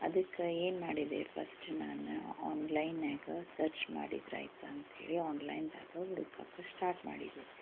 ಅದಕ್ಕೆ ಏನು ಮಾಡಿದೆ ಫಸ್ಟ್ ನಾನು ಆನ್ಲೈನ್ನ್ಯಾಗ ಸರ್ಚ್ ಮಾಡಿದ್ರಾಯ್ತು ಅಂತ್ಹೇಳಿ ಆನ್ಲೈನ್ದಾಗ ಹುಡುಕಾಕ ಸ್ಟಾರ್ಟ್ ಮಾಡಿದೆ